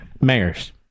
mayors